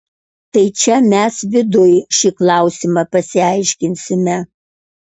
tai čia mes viduj šį klausimą pasiaiškinsime